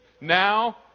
Now